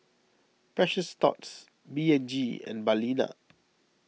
Precious Thots P and G and Balina